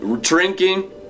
drinking